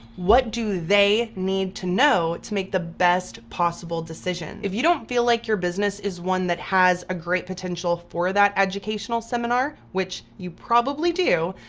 what do they need to know to make the best possible decision? if you don't feel like your business is one that has a great potential for that educational seminar, which you probably do,